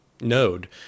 node